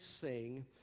sing